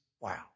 wow